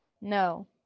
No